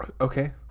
Okay